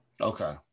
Okay